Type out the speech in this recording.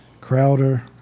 Crowder